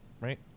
right